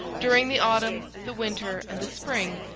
during the autumn, the winter, and the spring,